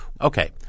Okay